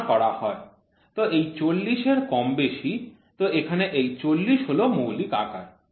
তো এই ৪০ এর কম বেশি তো এখানে এই ৪০ হল মৌলিক আকার